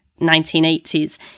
1980s